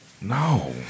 No